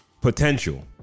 potential